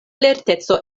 lerteco